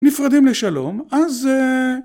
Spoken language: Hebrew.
נפרדים לשלום אז